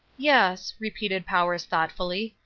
yes, repeated powers thoughtfully,